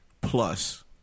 plus